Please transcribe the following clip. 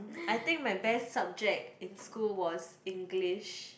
I think my best subject in school was English